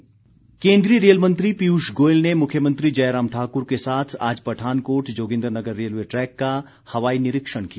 rail track केन्द्रीय rail मंत्री पीयूष गोयल ने मुख्यमंत्री जयराम ठाकुर के साथ आज पठानकोट जोगिन्द्रनगर रेलवे ट्रैक का हवाई निरीक्षण किया